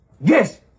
Yes